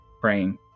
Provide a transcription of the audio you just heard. praying